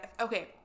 okay